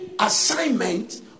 assignment